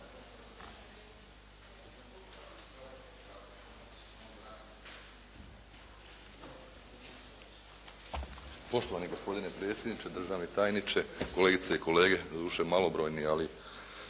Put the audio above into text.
Poštovani gospodine predsjedniče, državni tajniče, kolegice i kolege, doduše malobrojni, ali